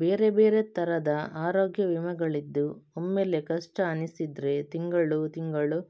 ಬೇರೆ ಬೇರೆ ತರದ ಅರೋಗ್ಯ ವಿಮೆಗಳಿದ್ದು ಒಮ್ಮೆಲೇ ಕಷ್ಟ ಅನಿಸಿದ್ರೆ ತಿಂಗಳು ತಿಂಗಳು